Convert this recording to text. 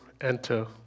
enter